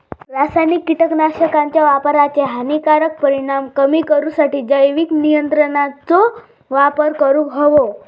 रासायनिक कीटकनाशकांच्या वापराचे हानिकारक परिणाम कमी करूसाठी जैविक नियंत्रणांचो वापर करूंक हवो